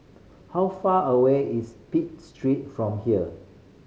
how far away is Pitt Street from here